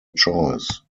choice